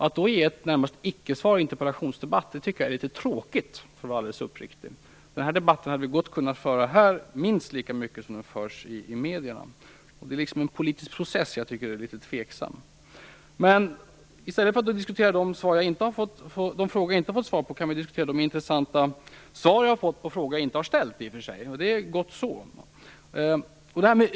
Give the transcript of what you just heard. Att då ge närmast ett icke-svar i en interpellationsdebatt tycker jag är litet tråkigt, för att vara alldeles uppriktig. Denna debatt hade vi gott kunnat föra här, minst lika bra som den förs i medierna. Det är en politisk process som jag tycker är litet tveksam. Men i stället för att diskutera de frågor jag inte har fått svar på, kan vi diskutera de intressanta svar jag har fått på frågor jag inte ställt. Det är gott så.